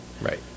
Right